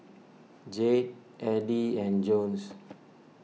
Jade Eddie and Jones